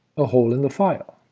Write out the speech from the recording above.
a hole in the file.